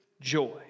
joy